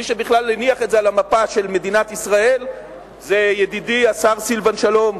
מי שבכלל הניח את זה על המפה של מדינת ישראל זה ידידי השר סילבן שלום,